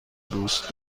دوست